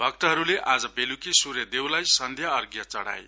भक्तहरुले आज बेलुकी सूर्य देवलाई सन्ध्या अर्ध्य चढ़ाए